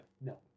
No